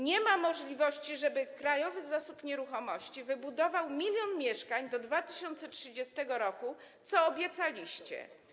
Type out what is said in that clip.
Nie ma możliwości, żeby Krajowy Zasób Nieruchomości wybudował 1 mln mieszkań do 2030 r., co obiecaliście.